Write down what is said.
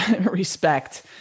respect